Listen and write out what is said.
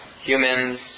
humans